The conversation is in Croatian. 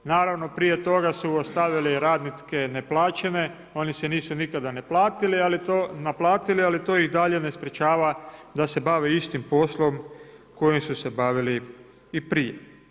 Naravno prije toga su ostavili radnike neplaćene, oni se nisu nikada naplatili, ali to ih i dalje ne sprečava da se bave istim poslom kojim su se bavili i prije.